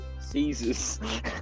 Caesar's